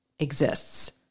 exists